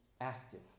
active